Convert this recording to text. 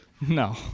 No